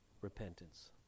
repentance